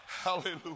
Hallelujah